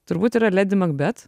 turbūt yra ledi magbet